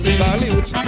salute